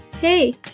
Hey